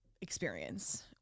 experience